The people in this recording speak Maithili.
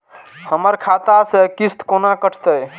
हमर खाता से किस्त कोना कटतै?